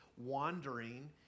wandering